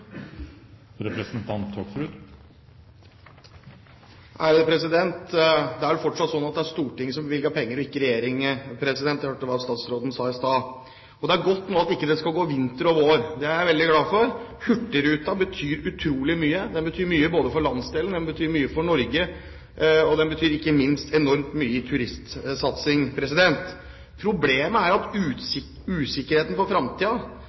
vel fortsatt sånn at det er Stortinget som bevilger penger, og ikke regjeringen. Jeg hørte hva statsråden sa i stad. Det er godt nå at det ikke skal gå vinter og vår, det er jeg veldig glad for. Hurtigruta betyr utrolig mye, den betyr mye både for landsdelen, den betyr mye for Norge, og den betyr ikke minst enormt mye i turistsatsingen. Problemet er